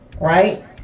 right